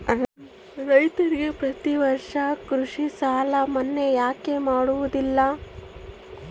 ರೈತರಿಗೆ ಪ್ರತಿ ವರ್ಷ ಕೃಷಿ ಸಾಲ ಮನ್ನಾ ಯಾಕೆ ಮಾಡೋದಿಲ್ಲ?